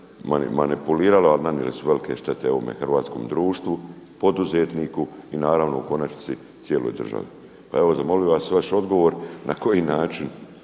manipuliralo ali nanijele su velike štete ovom hrvatskom društvu, poduzetniku i naravno u konačnici cijeloj državi. Pa molio bih vaš odgovor na koji način